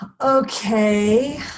Okay